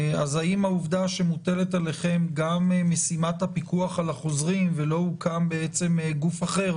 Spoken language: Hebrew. האם העובדה שמוטלת עליכם גם משימת הפיקוח על החוזרים ולא הוקם גוף אחר